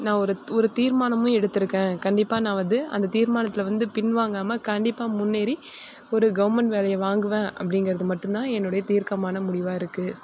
நான் ஒரு ஒரு தீர்மானமும் எடுத்திருக்கேன் கண்டிப்பாக நான் வந்து அந்த தீர்மானத்தில் வந்து பின்வாங்காமல் கண்டிப்பாக முன்னேறி ஒரு கவர்மெண்ட் வேலையை வாங்குவேன் அப்படிங்கிறது மட்டும்தான் என்னுடைய தீர்க்கமான முடிவாக இருக்கு